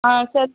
ஆ சரி